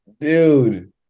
dude